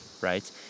right